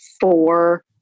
four